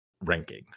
ranking